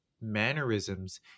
mannerisms